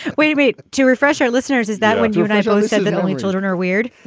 we wait to refresh our listeners. is that what you initially said, that only children are weird?